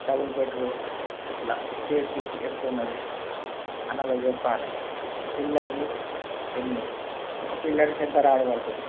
double bedroom ఇట్లా square feet ఎంత ఉన్నది అన్ని వాళ్ళకు చెప్పాలి పిల్లర్లు ఎన్ని ఒక పిల్లర్కు ఎంత రాడ్ పడుతుంది